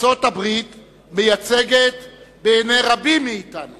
ארצות-הברית מייצגת בעיני רבים מאתנו